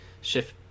shift